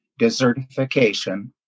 desertification